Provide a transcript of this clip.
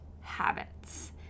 habits